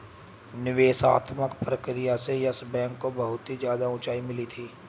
निवेशात्मक प्रक्रिया से येस बैंक को बहुत ही ज्यादा उंचाई मिली थी